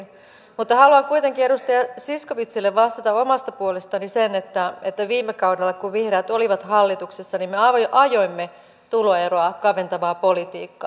mutta haluan kuitenkin edustaja zyskowiczille vastata omasta puolestani sen että viime kaudella kun vihreät oli hallituksessa me ajoimme tuloeroa kaventavaa politiikkaa